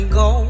go